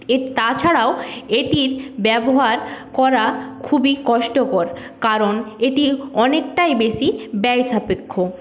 তাছাড়াও এটির ব্যবহার করা খুবই কষ্টকর কারণ এটি অনেকটাই বেশী ব্যয়সাপেক্ষ